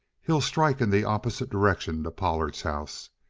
he'll strike in the opposite direction to pollard's house.